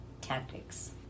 tactics